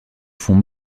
fonds